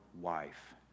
wife